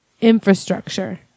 Infrastructure